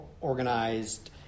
organized